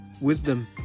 wisdom